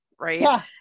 right